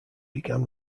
began